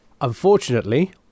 Unfortunately